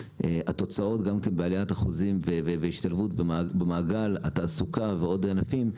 התוצאות גם בעליית אחוזים והשתלבות במעגל התעסוקה ועוד ענפים,